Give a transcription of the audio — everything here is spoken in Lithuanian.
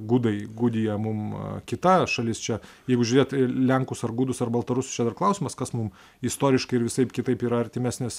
gudai gudija mum kita šalis čia jeigu žiūrėt į lenkus ar gudus ar baltarusius čia dar klausimas kas mum istoriškai ir visaip kitaip yra artimesnis